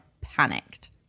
panicked